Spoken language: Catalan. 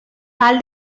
pal